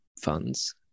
funds